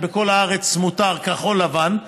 בכל הארץ מותר כחול-לבן,